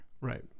Right